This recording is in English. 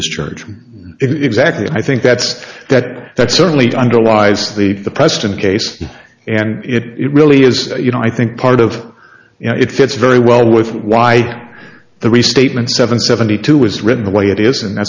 discharged it exactly i think that's that that's certainly underlies the the preston case and it really is you know i think part of you know it fits very well with why the restatement seven seventy two was written the way it is and